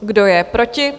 Kdo je proti?